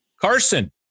Carson